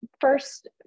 first